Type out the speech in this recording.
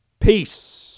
Peace